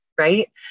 right